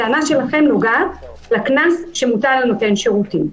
הטענה שלכם נודעת לקנס שמוטל על נותן שירותים.